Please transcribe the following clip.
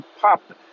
pop